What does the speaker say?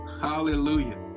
hallelujah